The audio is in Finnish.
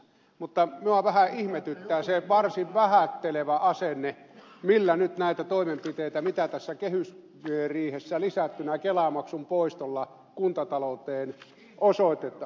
mutta minua vähän ihmetyttää se varsin vähättelevä asenne millä nyt suhtaudutaan näihin toimenpiteisiin joita tässä kehysriihessä lisättynä kelamaksun poistolla kuntatalouteen osoitetaan